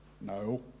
No